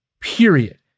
Period